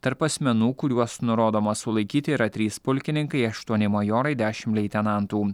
tarp asmenų kuriuos nurodoma sulaikyti yra trys pulkininkai aštuoni majorai dešimt leitenantų